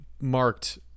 marked